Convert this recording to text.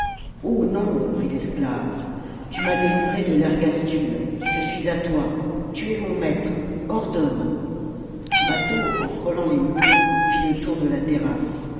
non reprit l'esclave tu m'as délivré de l'ergastule je suis à toi tu es mon maître ordonne mâtho en frôlant les murs fit le tour de la terrasse